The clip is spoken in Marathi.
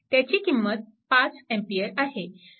त्याची किंमत 5A आहे